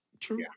True